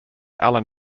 alan